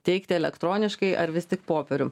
teikti elektroniškai ar vis tik popierium